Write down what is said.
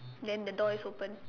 then the door is open